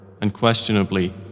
Unquestionably